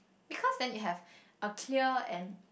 because then you have a clear and